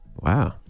Wow